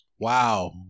Wow